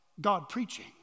God-preaching